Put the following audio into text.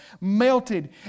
melted